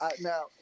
now